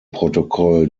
protokoll